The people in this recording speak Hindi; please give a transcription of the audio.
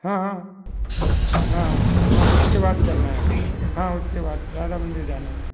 हाँ हाँ हाँ हाँ उसके बाद चलना है हाँ उसके बाद राधा मंदिर जाना है